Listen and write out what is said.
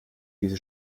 diese